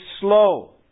slow